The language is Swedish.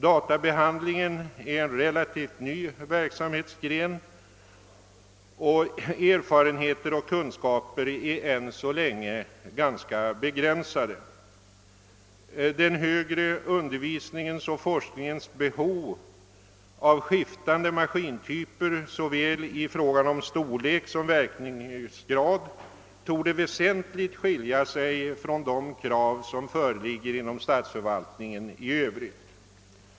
Databehandlingen är en relativt ny verksamhetsgren, och erfarenheter och kunskaper är än så länge ganska begränsade. Den högre undervisningens och forskningens behov av skiftande maskintyper i fråga om storlek såväl som verkningsgrad torde väsentligt skilja sig från de behov som föreligger inom statsförvaltningen i övrigt.